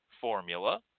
formula